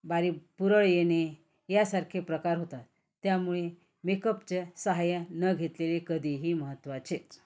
बारीक पुरळ येणे यासारखे प्रकार होतात त्यामुळे मेकअपच्या सहाय्य न घेतलेले कधीही महत्त्वाचेच